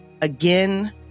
Again